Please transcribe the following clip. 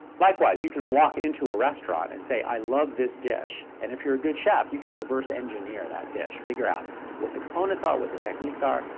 likewise, you can walk into a restaurant and say, i love this dish. and if you're a good chef, you can reverse engineer that dish, figure out what the components are, what the techniques are,